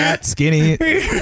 Skinny